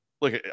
look